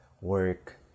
work